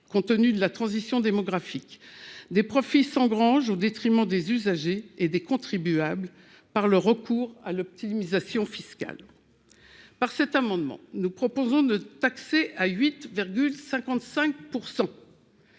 compte tenu de l'évolution démographique du pays, des profits sont engrangés au détriment des usagers et des contribuables, par le recours à l'optimisation fiscale. Par cet amendement, nous proposons de taxer à 8,55